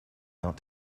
not